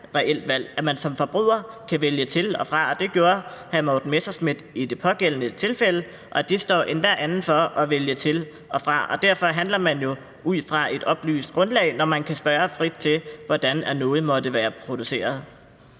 at man som forbruger kan vælge til og fra, og det gjorde hr. Morten Messerschmidt i det pågældende tilfælde, og det står enhver anden frit for at vælge til og fra. Derfor handler man jo ud fra et oplyst grundlag, når man kan spørge frit til, hvordan noget måtte være produceret.